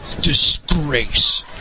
disgrace